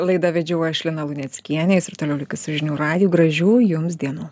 laidą vedžiau aš lina luneckienė jūs ir toliau likit su žinių radiju gražių jums dienų